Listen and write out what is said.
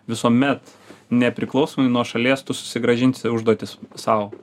visuomet nepriklausomai nuo šalies tu susigrąžinsi užduotis sau